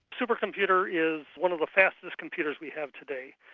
supercomputer is one of the fastest computers we have today.